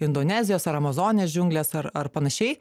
indonezijos ar amazonės džiunglės ar ar panašiai